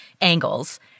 angles